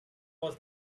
was